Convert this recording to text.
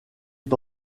est